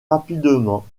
rapidement